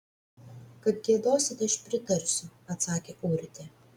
kad giedosite aš pritarsiu atsakė urtė